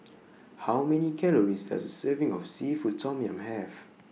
How Many Calories Does A Serving of Seafood Tom Yum Have